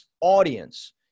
audience